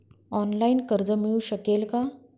Online कर्ज मिळू शकेल का?